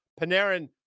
Panarin